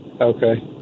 Okay